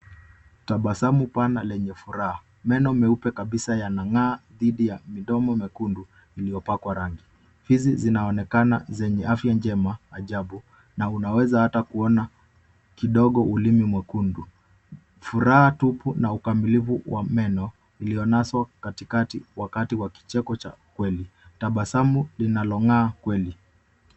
Tabasamu pana lenye furaha. Meno meupe kabisa yanang'aa dhidi ya midomo mekundu iliyopakwa rangi. Fizi zinaonekana zenye afya njema ajabu na unaweza hata kuona kidogo ulimi mwekundu. Furaha tupu na ukamilifu wa meno, lionazo katikati, wakati wa kicheko cha ukweli. Tabasamu linalong'aa kweli.